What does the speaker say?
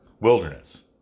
wilderness